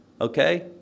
okay